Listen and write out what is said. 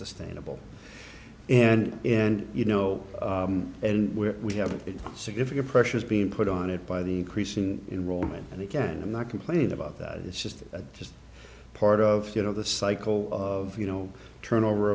sustainable and and you know and where we have a significant pressure is being put on it by the increasing in rome and again i'm not complaining about that it's just that just part of you know the cycle of you know turnover